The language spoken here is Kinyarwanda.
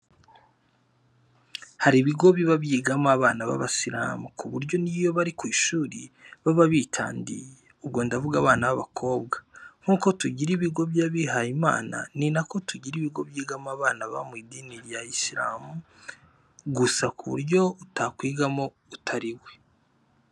Hari ibigo biba byigamo abana b'abisiramu ku buryo n'iyo bari ku ishuri baba bitandiye, ubwo ndavuga abana b'abakobwa. Nk'uko tugira ibigo by'abihaye Imana, ni na ko tugira ibigo byigamo abana baba mu idini ya isiramu gusa ku buryo utakwigamo utari we.